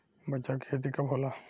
बजरा के खेती कब होला?